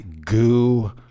Goo